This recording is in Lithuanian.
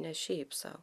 ne šiaip sau